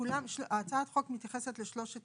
כולם, הצעת החוק מתייחסת לשלושת